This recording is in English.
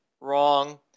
Wrong